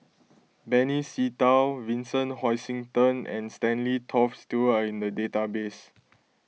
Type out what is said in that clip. Benny Se Teo Vincent Hoisington and Stanley Toft Stewart are in the database